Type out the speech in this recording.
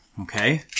Okay